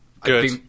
Good